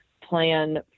plan